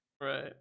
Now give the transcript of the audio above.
Right